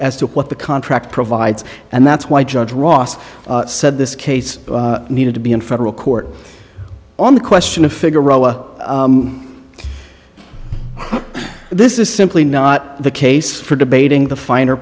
as to what the contract provides and that's why judge ross said this case needed to be in federal court on the question of figure this is simply not the case for debating the finer